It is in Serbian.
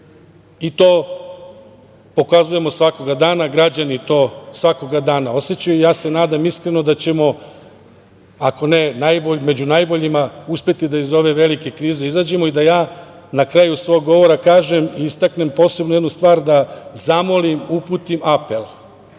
pokazujemo svakoga dana i građani to svakoga dana osećaju. Ja se nadam iskreno da ćemo, ako ne, među najboljima uspeti da iz ove velike krize izađemo i da ja na kraju svog govora kažem i istaknem posebno jednu stvar, da zamolim i uputim apel